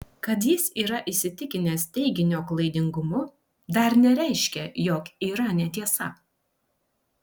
kad jis yra įsitikinęs teiginio klaidingumu dar nereiškia jog yra netiesa